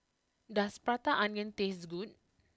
does Prata Onion taste good